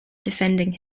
defending